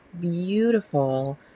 beautiful